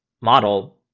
model